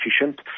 efficient